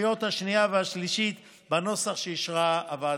בקריאה השנייה ובקריאה השלישית בנוסח שאישרה הוועדה.